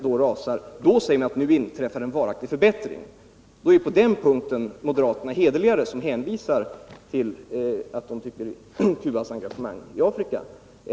Då är moderaterna hederligare på den punkten: de hänvisar till att de tycker illa om Cubas engagemang i Afrika.